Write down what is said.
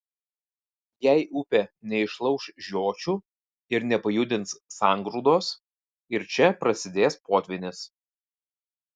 jei upė neišlauš žiočių ir nepajudins sangrūdos ir čia prasidės potvynis